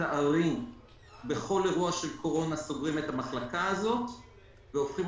לצערי בכל אירוע של קורונה סוגרים את המחלקה הזאת והופכים